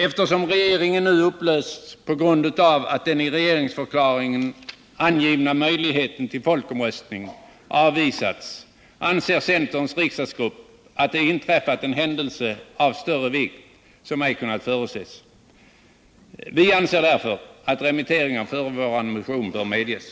Eftersom regeringen nu upplösts på grund av att den i regeringsförklaringen angivna möjligheten till folkomröstning avvisats, anser centerns riksdagsgrupp att det inträffat en händelse av större vikt som ej kunnat förutses. Vi anser därför att remittering av förevarande motion bör medges.